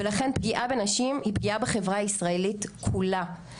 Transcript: ולכן פגיעה בנשים היא פגיעה בחברה הישראלית כולה.